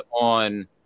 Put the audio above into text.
on